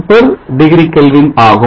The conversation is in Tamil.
34 degree Kelvin ஆகும்